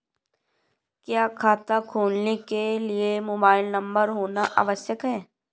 क्या खाता खोलने के लिए मोबाइल नंबर होना आवश्यक है?